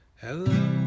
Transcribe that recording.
Hello